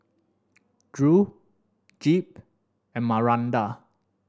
Drew Jep and Maranda